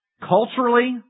Culturally